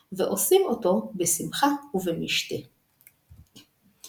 המימונה –– מתכנסים בבית הכנסת לקבל את ברכת הרב.